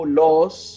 laws